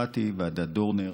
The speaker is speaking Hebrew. קראתי על ועדת דורנר,